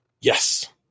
Yes